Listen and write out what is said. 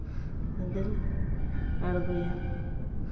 ᱟᱫᱚᱧ ᱟᱬᱜᱚᱭᱟ